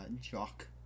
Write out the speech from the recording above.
Jock